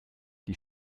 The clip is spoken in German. die